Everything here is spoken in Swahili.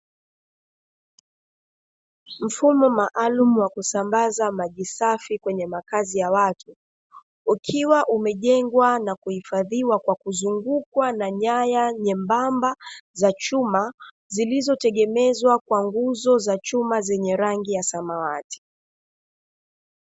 Mfumo maalumu wa kusambaza maji safi kwenye makazi ya watu, ukiwa umjengwa na kuhifadhiwa kwa kuzungukwa na nyaya nyembamba za chuma, zilizotegemezwa kwa nguzo za chuma zenye rangi ya samawati.